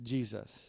Jesus